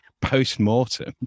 post-mortem